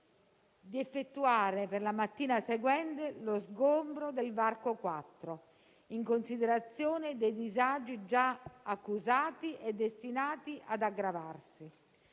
di effettuare per la mattina seguente lo sgombero del varco 4, in considerazione dei disagi già accusati e destinati ad aggravarsi.